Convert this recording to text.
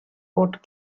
bought